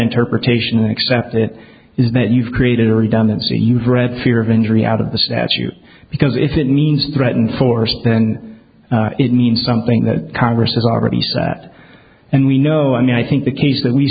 interpretation except that is that you've created a redundancy and you've read fear of injury out of the statute because if it means threaten force then it means something that congress has already said that and we know i mean i think the case that we